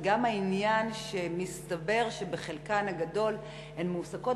גם העניין שמסתבר שחלקן הגדול מועסקות